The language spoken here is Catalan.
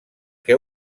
que